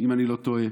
אם אני לא טועה.